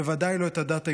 בוודאי לא את הדת היהודית.